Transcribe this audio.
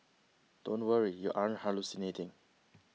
don't worry you aren't hallucinating